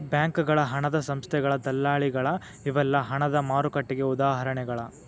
ಬ್ಯಾಂಕಗಳ ಹಣದ ಸಂಸ್ಥೆಗಳ ದಲ್ಲಾಳಿಗಳ ಇವೆಲ್ಲಾ ಹಣದ ಮಾರುಕಟ್ಟೆಗೆ ಉದಾಹರಣಿಗಳ